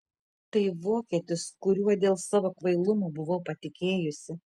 tai vokietis kuriuo dėl savo kvailumo buvau patikėjusi